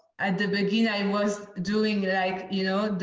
at the beginning, i um was doing, like, you know,